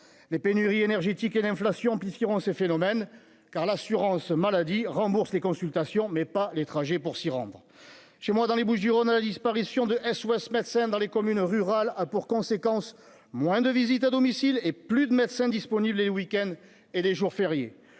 les pénuries énergétiques et d'inflation puisqu'il rompt ces phénomènes, car l'assurance maladie rembourse les consultations mais pas les trajets pour s'y rendre, chez moi, dans les Bouches-du-Rhône, la disparition de SOS Médecins dans les communes rurales a pour conséquence moins de visites à domicile, et plus de médecins disponibles et le week-end et les jours fériés,